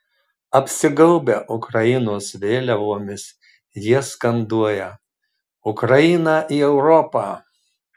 apsigaubę ukrainos vėliavomis jie skanduoja ukrainą į europą